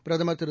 பிரதமர் திரு